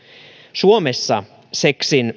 suomessa seksin